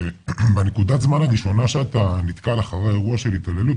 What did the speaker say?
בנקודת זמן הראשונה שאתה נתקל אחרי אירוע של התעללות,